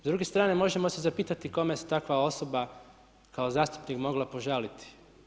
S druge strane možemo se zapitati kome bi se takva osoba kao zastupnik mogla požaliti?